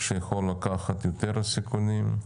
שיכולה לקחת יותר סיכונים.